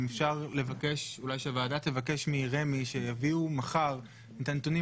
אם אפשר אולי שהוועדה תבקש מרמ"י שיביאו מחר את הנתונים